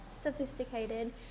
sophisticated